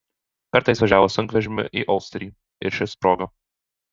kartą jis važiavo sunkvežimiu į olsterį ir šis sprogo